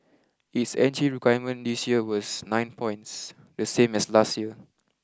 its entry requirement this year was nine points the same as last year